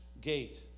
gate